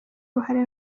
uruhare